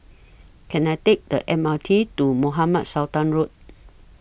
Can I Take The M R T to Mohamed Sultan Road